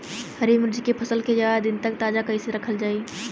हरि मिर्च के फसल के ज्यादा दिन तक ताजा कइसे रखल जाई?